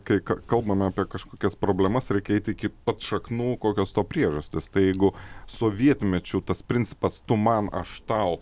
kai kalbame apie kažkokias problemas reikia eiti iki pat šaknų kokios to priežastis tai jeigu sovietmečiu tas principas tu man aš tau